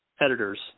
editors